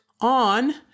on